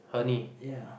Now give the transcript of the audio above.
honey yeah